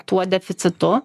tuo deficitu